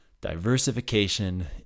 diversification